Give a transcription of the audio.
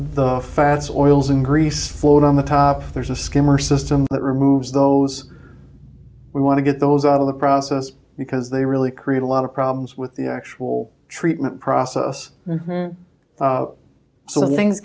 the fats oils and grease float on the top there's a skimmer system that removes those we want to get those out of the process because they really create a lot of problems with the actual treatment process so things